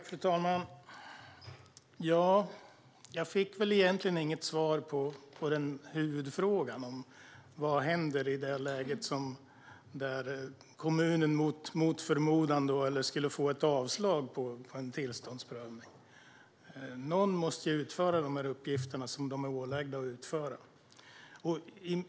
Fru talman! Jag fick egentligen inget svar på huvudfrågan om vad som skulle hända om kommunen mot förmodan fick ett avslag på en tillståndsprövning. Någon måste utföra dessa uppgifter som kommunerna är ålagda att utföra.